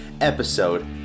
episode